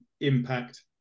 Impact